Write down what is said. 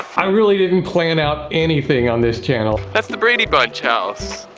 i really didn't plan out anything on this channel. that's the brady bunch house.